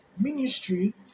Ministry